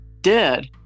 dead